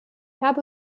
habe